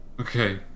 Okay